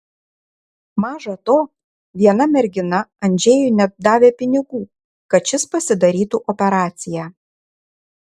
maža to viena mergina andžejui net davė pinigų kad šis pasidarytų operaciją